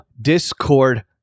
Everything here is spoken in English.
Discord